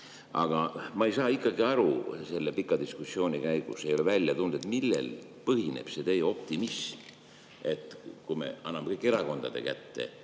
Aga ma ei saa ikkagi aru. Selle pika diskussiooni käigus ei ole välja tulnud, millel põhineb teie optimism, et kui me anname kõik erakondade kätte,